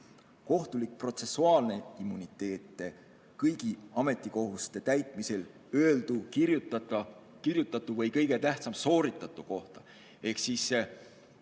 kohtulik protsessuaalne immuniteet, kõigi ametikohustuste täitmisel öeldu, kirjutatu, või kõige tähtsam, sooritatu kohta. Ehk Mali